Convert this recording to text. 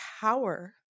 power